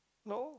no